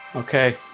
Okay